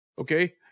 okay